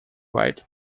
right